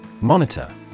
Monitor